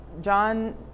John